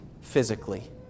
physically